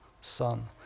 Son